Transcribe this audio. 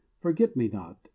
forget-me-not